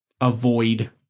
avoid